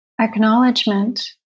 acknowledgement